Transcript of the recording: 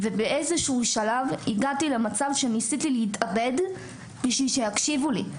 באיזשהו שלב הגעתי למצב שניסיתי להתאבד בשביל שיקשיבו לי.